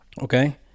Okay